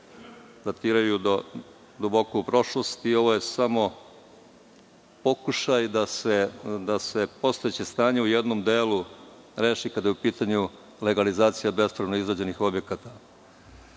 datiraju do duboko u prošlost i ovo je samo pokušaj da se postojeće stanje u jednom delu reši kada je u pitanju legalizacija bespravno izgrađenih objekata. Mogu